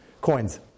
coins